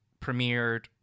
premiered